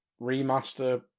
remaster